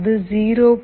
அது 0